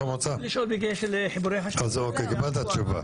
אני מקווה שבחודש הבא יהיה דיון בהפקדת התוכנית.